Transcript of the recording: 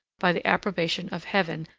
by the approbation of heaven,